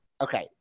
Okay